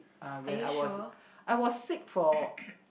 uh when I was I was sick for